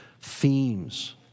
themes